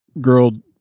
girl